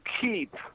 keep